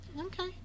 okay